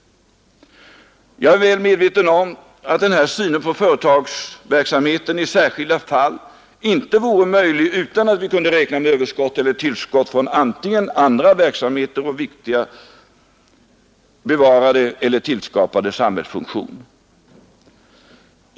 Jag är väl medveten om att den här synen på företagsverksamheten i särskilda fall inte vore möjlig utan att vi kunde räkna med överskott eller tillskott från andra verksamheter och viktiga bevarade eller tillskapade samhällsfunktioner.